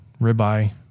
ribeye